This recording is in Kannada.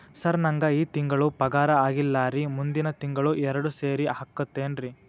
ಸರ್ ನಂಗ ಈ ತಿಂಗಳು ಪಗಾರ ಆಗಿಲ್ಲಾರಿ ಮುಂದಿನ ತಿಂಗಳು ಎರಡು ಸೇರಿ ಹಾಕತೇನ್ರಿ